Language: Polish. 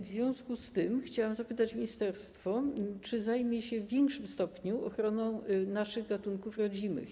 W związku z tym chciałabym zapytać ministerstwo, czy zajmie się w większym stopniu ochroną naszych gatunków rodzimych.